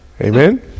Amen